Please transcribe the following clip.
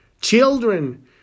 children